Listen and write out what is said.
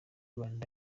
rwanda